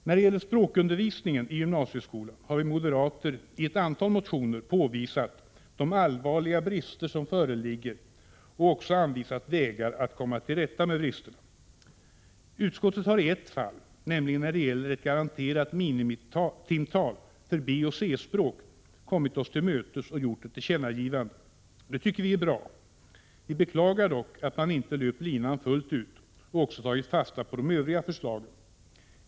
När det gäller språkundervisningen i gymnasieskolan har vi moderater i ett antal motioner påvisat de allvarliga brister som föreligger och också anvisat vägar att komma till rätta med bristerna. Utskottet har i ett fall, nämligen när det gäller ett garanterat minimitimtal för B och C-språk, kommit oss till mötes och gjort ett tillkännagivande. Det tycker vi är bra. Vi beklagar dock att man inte löpt linan fullt ut och också tagit fasta på de övriga förslagen.